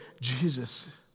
Jesus